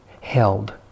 held